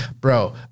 Bro